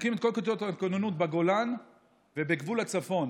מפרקים את כל כיתות הכוננות בגולן ובגבול הצפון,